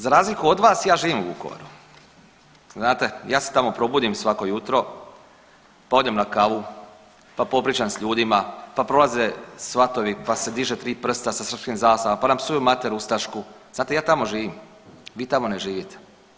Za razliku od vas ja živim u Vukovaru znate, ja se tamo probudim svako jutro, pa odem na kavu, pa popričam s ljudima, pa prolaze svatovi pa se diže 3 prsta sa srpskim zastavama, pa nam psuju mater ustašku, znate ja tamo živim, vi tamo ne živite.